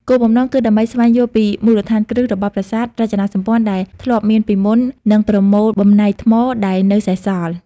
គោលបំណងគឺដើម្បីស្វែងយល់ពីមូលដ្ឋានគ្រឹះរបស់ប្រាសាទ រចនាសម្ព័ន្ធដែលធ្លាប់មានពីមុន និងប្រមូលបំណែកថ្មដែលនៅសេសសល់។